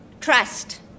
trust